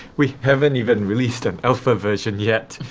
we haven't even released an alpha version, yet!